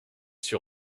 sur